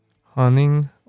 Hunting